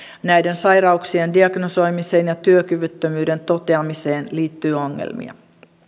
näiden sairauksien diagnosoimiseen ja työkyvyttömyyden toteamiseen liittyy ongelmia